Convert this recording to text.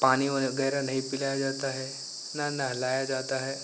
पानी वगैरह नहीं पिलाया जाता है न नहलाया जाता है